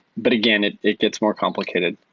but again, it it gets more complicated.